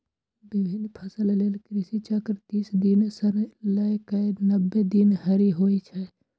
विभिन्न फसल लेल कृषि चक्र तीस दिन सं लए कए नब्बे दिन धरि होइ छै